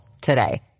today